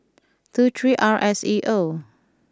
two three R S E O